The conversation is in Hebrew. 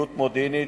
פעילות מודיעינית,